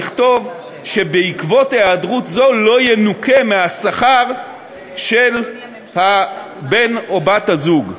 לכתוב שבעקבות היעדרות זו לא ינוכה מהשכר של בן או בת הזוג.